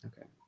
Okay